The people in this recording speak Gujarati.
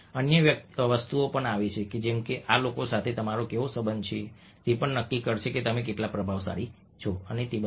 અન્ય વસ્તુઓ પણ આવે છે જેમ કે આ લોકો સાથે તમારો કેવો સંબંધ છે તે પણ નક્કી કરશે કે તમે કેટલા પ્રભાવશાળી છો અને તે બધું